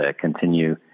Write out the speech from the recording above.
continue